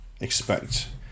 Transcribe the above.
expect